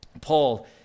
Paul